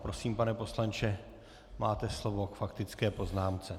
Prosím, pane poslanče, máte slovo k faktické poznámce.